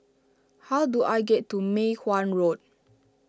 how do I get to Mei Hwan Road